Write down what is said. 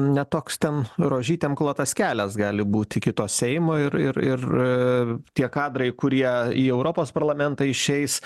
ne toks ten rožytėm klotas kelias gali būt kito seimo ir ir ir tie kadrai kurie į europos parlamentą išeis